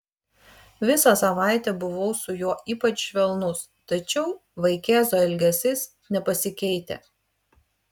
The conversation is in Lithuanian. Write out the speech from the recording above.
visą savaitę buvau su juo ypač švelnus tačiau vaikėzo elgesys nepasikeitė